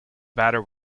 batter